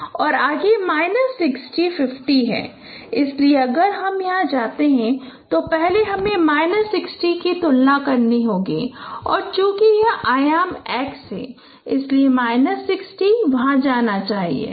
और आगे minus 60 minus 50 है इसलिए अगर हम यहां जाते हैं तो पहले हमें माइनस 60 की तुलना करनी होगी और चूंकि यह आयाम x है इसलिए माइनस 60 वहां जाना चाहिए